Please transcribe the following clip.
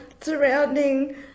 surrounding